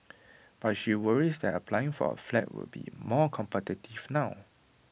but she worries that applying for A flat will be more competitive now